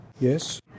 Yes